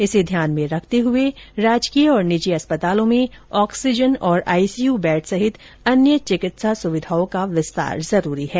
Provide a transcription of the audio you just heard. इसे ध्यान में रखते हुए राजकीय और निजी अस्पतालों में ऑक्सीजन और आईसीयू बैड सहित अन्य चिकित्सा सुविधाओं का विस्तार जरूरी है